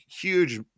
huge